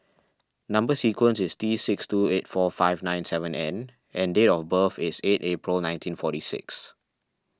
Number Sequence is T six two eight four five nine seven N and date of birth is eight April nineteen forty six